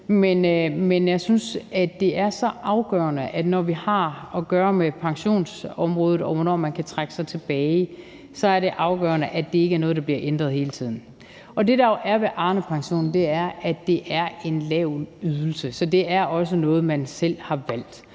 en idé, der er vokset i min have, men når vi har at gøre med pensionsområdet, og hvornår man kan trække sig tilbage, synes jeg, det er afgørende, at det ikke er noget, der bliver ændret hele tiden. Det, der er ved Arnepensionen, er, at det er en lav ydelse. Så det er også noget, man selv har valgt